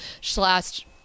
slash